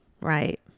Right